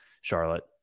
Charlotte